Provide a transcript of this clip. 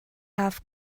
half